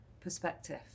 perspective